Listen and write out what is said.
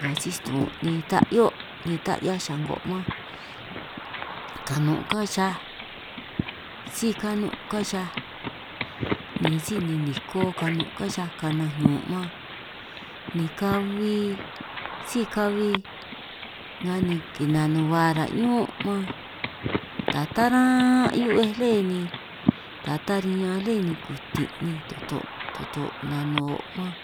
Nga si-tu'un' ni ta 'hio' ni ta 'hiaj xa'ngo' man kanun' kán xihia, síj kanun kán xihia ni síj ni niko kanun kán xihia kananj ñun' man ni kabi síj kabi, nga ni kinanuhua ra' ñún man ta ta taran' hiu'bej le ni ta ta riñan le ni kutin' ni toto' toto' nanuhuo' mam